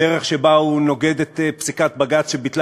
בדרך שבה הוא נוגד את פסיקת בג"ץ שביטלה